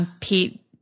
Pete